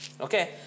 okay